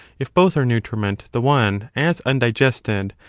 if both are nutriment, the one as undigested,